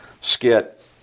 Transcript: skit